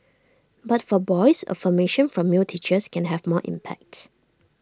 but for boys affirmation from male teachers can have more impact